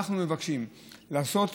לעשות